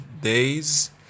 days